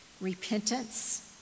Repentance